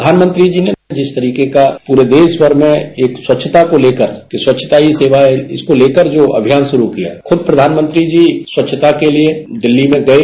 प्रधानमंत्री जी ने जिस तरीके का पूरे देश भर में एक स्वच्छता को लेकर की स्वच्छता ही सेवा है इसको लेकर जो अभियान शुरू किया खुद प्रधानमंत्री जी स्वच्छता के लिए दिल्ली में गये